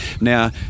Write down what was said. now